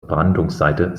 brandungsseite